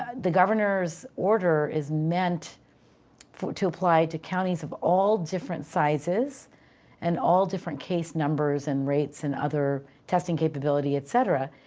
ah the governor's order is meant to apply to counties of all different sizes and all different case numbers, and rates, and other testing capability, et cetera.